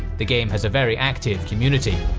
the game has a very active community!